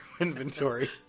inventory